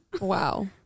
Wow